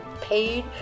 paid